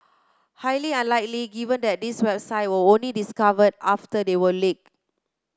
highly unlikely given that these website were only discovered after they were leaked